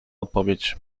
odpowiedź